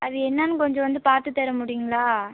அது என்னென்னு கொஞ்சம் வந்து பார்த்து தர முடியுங்களா